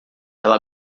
ela